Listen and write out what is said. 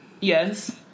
Yes